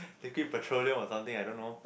think it petroleum or something I don't know